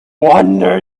wonder